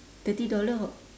thirty dollar or